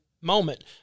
moment